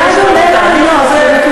סגן השר לוי, אתה מייד עונה, אני לא אשנה.